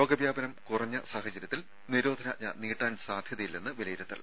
രോഗവ്യാപനം കുറഞ്ഞ സാഹചര്യത്തിൽ നിരോധനാജ്ഞ നീട്ടാൻ സാധ്യതയില്ലെന്ന് വിലയിരുത്തൽ